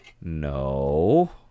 No